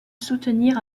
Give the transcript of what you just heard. soutenir